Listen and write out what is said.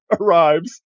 arrives